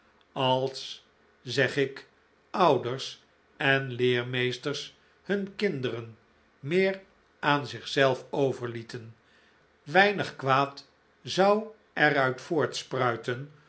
als zeg ik ouders en leermeesters hun kinderen meer aan zich zelf overlieten weinig kwaad zou er